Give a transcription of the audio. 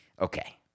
Okay